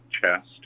chest